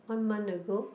one month ago